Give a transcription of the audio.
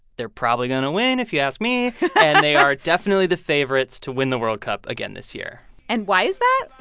they're probably going to win, if you ask me and they are definitely the favorites to win the world cup again this year and why is that?